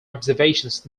observations